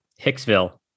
Hicksville